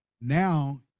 Now